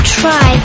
try